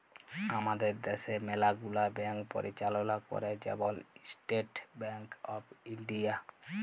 আমাদের দ্যাশে ম্যালা গুলা ব্যাংক পরিচাললা ক্যরে, যেমল ইস্টেট ব্যাংক অফ ইলডিয়া